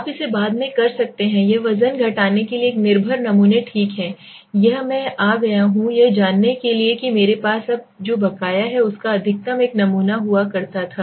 आप इसे बाद में कर सकते हैं यह वज़न घटाने के लिए है एक निर्भर नमूने ठीक है यह मैं आ गया हूं यह जानने के लिए कि मेरे पास अब जो बकाया है उसका अधिकतम एक नमूना हुआ करता था